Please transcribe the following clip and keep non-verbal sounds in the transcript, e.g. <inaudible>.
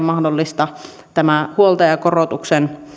<unintelligible> mahdollista tämä huoltajakorotuksen